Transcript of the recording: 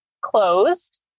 closed